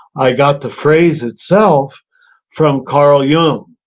i got the phrase itself from karl jung,